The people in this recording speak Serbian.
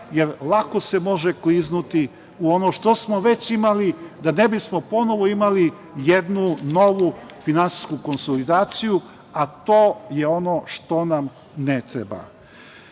jer lako se može kliznuti u ono što smo već imali da ne bismo ponovo imali jednu novu finansijsku konsolidaciju, a to je ono što nam ne treba. Znate,